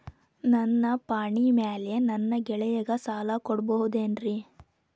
ನನ್ನ ಪಾಣಿಮ್ಯಾಲೆ ನನ್ನ ಗೆಳೆಯಗ ಸಾಲ ಕೊಡಬಹುದೇನ್ರೇ?